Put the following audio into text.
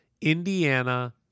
Indiana